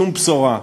שום בשורה,